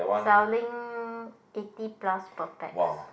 selling eighty plus per pax